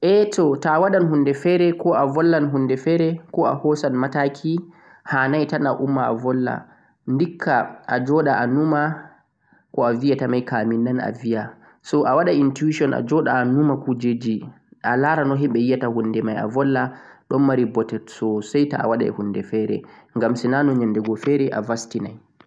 Nde amari haaje hosugo mataki fere pat, hanai tan a ummah a vulwa ndikka a numa boo a'anda no'a vulwata taadaga ɓawo a vasmita.